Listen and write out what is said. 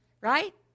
Right